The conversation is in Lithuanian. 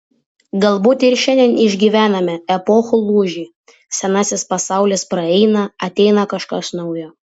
galbūt ir šiandien išgyvename epochų lūžį senasis pasaulis praeina ateina kažkas naujo